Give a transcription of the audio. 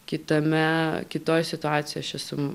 kitame kitoj situacijoj aš esu